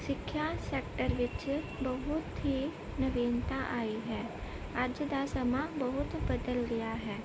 ਸਿੱਖਿਆ ਸੈਕਟਰ ਵਿੱਚ ਬਹੁਤ ਹੀ ਨਵੀਨਤਾ ਆਈ ਹੈ ਅੱਜ ਦਾ ਸਮਾਂ ਬਹੁਤ ਬਦਲ ਗਿਆ ਹੈ